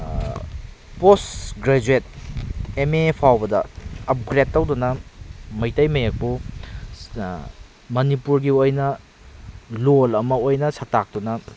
post graduate M A ꯐꯥꯎꯕꯗ ꯑꯞꯒ꯭ꯔꯦꯗ ꯇꯧꯗꯨꯅ ꯃꯩꯇꯩ ꯃꯌꯦꯛꯄꯨ ꯃꯅꯤꯄꯨꯔꯒꯤ ꯑꯣꯏꯅ ꯂꯣꯟ ꯑꯃ ꯑꯣꯏꯅ ꯁꯛꯇꯥꯛꯇꯨꯅ